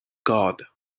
god